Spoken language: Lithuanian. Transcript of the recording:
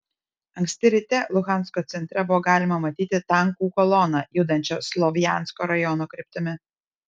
anksti ryte luhansko centre buvo galima matyti tankų koloną judančią slovjansko rajono kryptimi